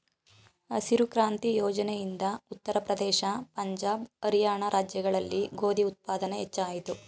ಹಸಿರು ಕ್ರಾಂತಿ ಯೋಜನೆ ಇಂದ ಉತ್ತರ ಪ್ರದೇಶ, ಪಂಜಾಬ್, ಹರಿಯಾಣ ರಾಜ್ಯಗಳಲ್ಲಿ ಗೋಧಿ ಉತ್ಪಾದನೆ ಹೆಚ್ಚಾಯಿತು